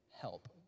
help